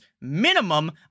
minimum